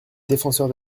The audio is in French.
défenseur